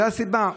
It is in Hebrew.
זו הסיבה.